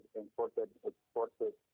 imported-exported